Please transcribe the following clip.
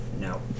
no